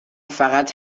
فقط